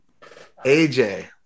AJ